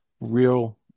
real